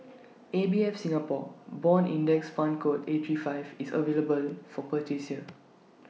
A B F Singapore Bond index fund code A three five is available for purchase here